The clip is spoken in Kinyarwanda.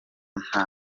nta